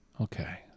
Okay